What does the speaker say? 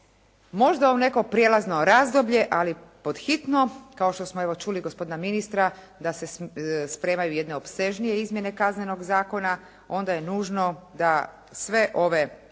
Možda u neko prijelazno razdoblje, ali pod hitno kao što smo čuli gospodina ministra da se spremaju jedne opsežnije izmjene Kaznenog zakona, onda je nužno da sve ove